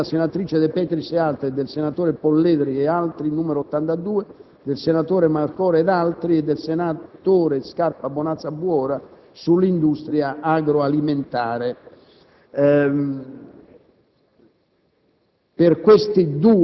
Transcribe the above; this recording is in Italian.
Discussione delle mozioni nn. 51 della senatrice De Petris ed altri, 68 del senatore Polledri ed altri, 82 del senatore Marcora ed altri e 91 del senatore Scarpa Bonazza Buora ed altri, sull’industria agro-alimentare.